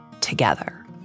together